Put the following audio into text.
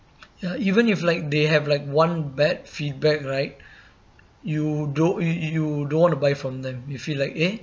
ya even if like they have like one bad feedback right you don't you you don't want to buy from them you feel like eh